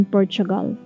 Portugal